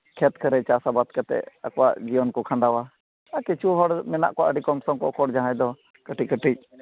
ᱠᱷᱮᱛ ᱠᱚᱨᱮᱫ ᱪᱟᱥ ᱟᱵᱟᱫ ᱠᱟᱛᱮᱫ ᱟᱠᱚᱣᱟᱜ ᱡᱤᱭᱚᱱ ᱠᱚ ᱠᱷᱟᱸᱱᱰᱟᱣᱟ ᱟᱨ ᱠᱤᱪᱷᱩ ᱦᱚᱲ ᱢᱮᱱᱟᱜ ᱠᱚᱣᱟ ᱟᱹᱰᱤ ᱠᱚᱢ ᱥᱚᱢ ᱡᱟᱦᱟᱸᱭ ᱫᱚ ᱠᱟᱹᱴᱤᱡ ᱠᱟᱹᱴᱤᱡ